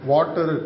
Water